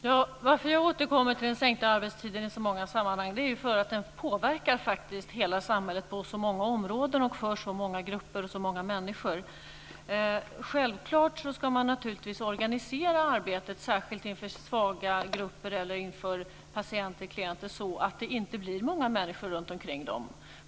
Fru talman! Att jag återkommer till den sänkta arbetstiden i så många sammanhang är för att den faktiskt påverkar hela samhället på så många områden, för så många grupper och människor. Självklart ska man organisera arbetet särskilt med svaga grupper, patienter eller klienter så att det inte blir så många människor runtomkring dem.